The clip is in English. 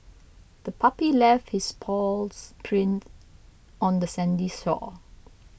the puppy left its paw prints on the sandy shore